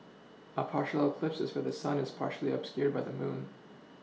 a partial eclipse is where the sun is partially obscured by the moon